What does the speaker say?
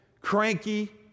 cranky